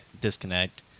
disconnect